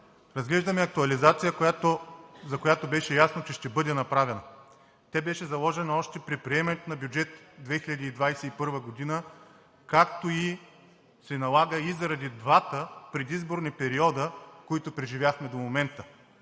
Разглеждаме актуализация, за която беше ясно, че ще бъде направена. Тя беше заложена още при приемането на бюджет 2021 г., както и се налага заради двата предизборни периода, които преживяхме до момента.